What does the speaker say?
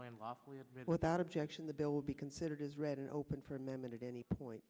made without objection the bill will be considered as read and open for amendment at any point